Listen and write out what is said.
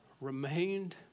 remained